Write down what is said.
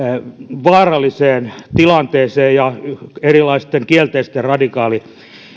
vaaralliseen tilanteeseen ja erilaisten kielteisten radikaali